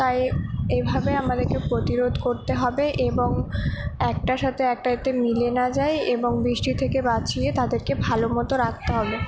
তাই এইভাবে আমাদেরকে প্রতিরোধ করতে হবে এবং একটার সাথে একটা যাতে মিলে না যায় এবং বৃষ্টি থেকে বাঁচিয়ে তাদেরকে ভালো মতো রাখাতে হবে